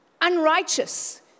Unrighteous